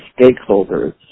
stakeholders